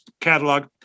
catalog